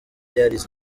yarize